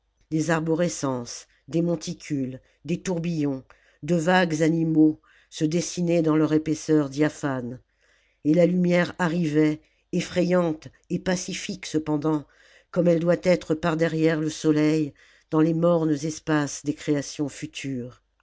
des arborescences des monticules des tourbillons de vagues animaux se dessinaient dans leur épaisseur diaphane et la lumière arrivait effrayante et pacifique cependant comme elle doit être par derrière le soleil dans les mornes espaces des créations futures